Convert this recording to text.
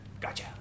Gotcha